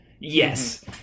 Yes